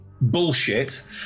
bullshit